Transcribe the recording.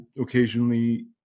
occasionally